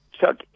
chuck